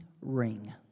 ring